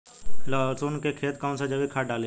लहसुन के खेत कौन सा जैविक खाद डाली?